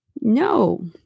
No